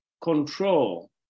control